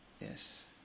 Yes